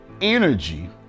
energy